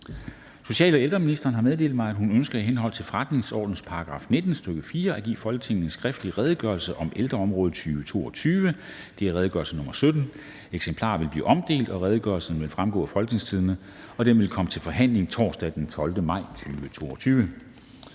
Social- og ældreministeren (Astrid Krag) har meddelt mig, at hun ønsker i henhold til forretningsordenens § 19, stk. 4, at give Folketinget en skriftlig: Redegørelse om ældreområdet 2022. (Redegørelse nr. R 17). Eksemplarer vil blive omdelt, og redegørelsen vil fremgå af www.folketingstidende.dk. Redegørelsen vil komme til forhandling torsdag den 12. maj 2022.